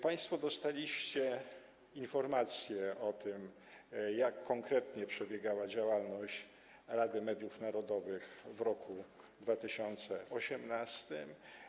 Państwo dostaliście informację o tym, jak konkretnie przebiegała działalność Rady Mediów Narodowych w roku 2018.